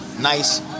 nice